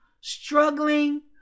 struggling